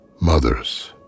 Mothers